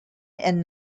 and